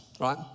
right